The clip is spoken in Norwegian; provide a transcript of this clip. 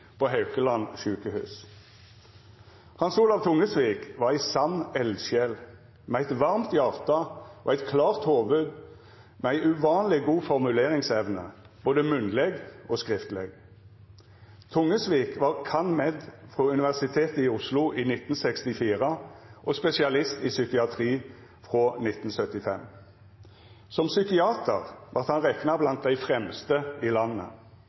på Haukeland sjukehus. Hans Olav Tungesvik var ei sann eldsjel, med eit varmt hjarta, eit klart hovud og med ei uvanleg god formuleringsevne, både munnleg og skriftleg. Tungesvik var cand.med. frå Universitetet i Oslo i 1964 og spesialist i psykiatri frå 1975. Som psykiater vart han rekna blant dei fremste i landet.